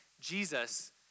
Jesus